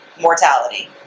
mortality